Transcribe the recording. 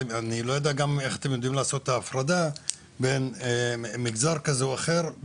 אני גם לא יודע איך אתם יודעים לעשות את ההפרדה בין מגזר כזה או אחר,